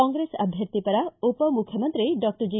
ಕಾಂಗ್ರೆಸ್ ಅಭ್ಲರ್ಥಿ ಪರ ಉಪಮುಖ್ಯಮಂತ್ರಿ ಡಾಕ್ಟರ್ ಜಿ